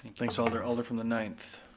thanks alder, alder from the ninth.